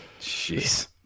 Jeez